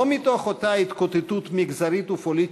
לא מתוך אותה התקוטטות מגזרית ופוליטית,